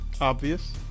obvious